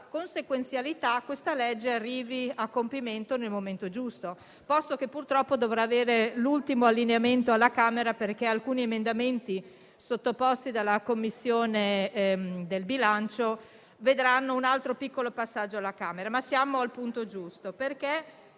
consequenzialità, questa legge arrivi a compimento nel momento giusto, posto che dovrà avere l'ultimo allineamento alla Camera, perché alcuni emendamenti sottoposti dalla Commissione bilancio vedranno un altro piccolo passaggio alla Camera. Siamo, però, al punto giusto,